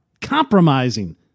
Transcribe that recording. compromising